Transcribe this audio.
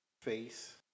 face